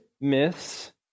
myths